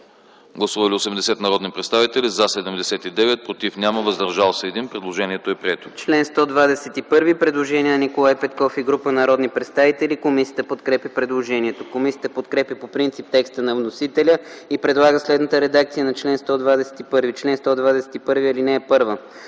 Гласували 78 народни представители: за 73, против няма, въздържали се 5. Предложението е прието.